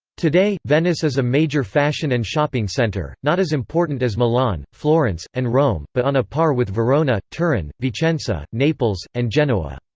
today, venice is a major fashion and shopping centre, not as important as milan, florence, and rome, but on a par with verona, turin, vicenza, naples, and genoa.